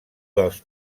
dels